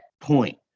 point